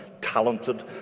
talented